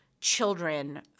children